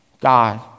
God